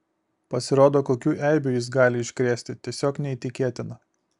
pasirodo kokių eibių jis gali iškrėsti tiesiog neįtikėtina